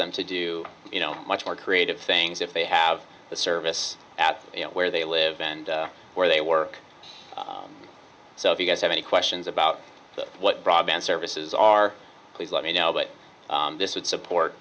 them to do you know much more creative things if they have the service at where they live and where they work so if you guys have any questions about what broadband services are please let me know that this would support